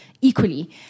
equally